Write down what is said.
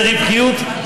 זה רווחיות,